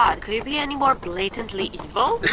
god, could you be any more blatantly evil?